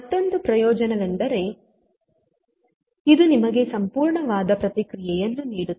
ಮತ್ತೊಂದು ಪ್ರಯೋಜನವೆಂದರೆ ಇದು ನಿಮಗೆ ಸಂಪೂರ್ಣವಾದ ಪ್ರತಿಕ್ರಿಯೆಯನ್ನು ನೀಡುತ್ತದೆ